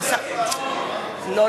הוא עשה, זה נגד.